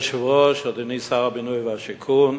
אדוני היושב-ראש, אדוני שר הבינוי והשיכון,